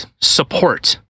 support